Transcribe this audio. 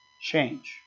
change